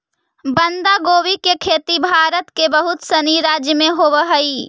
बंधगोभी के खेती भारत के बहुत सनी राज्य में होवऽ हइ